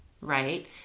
right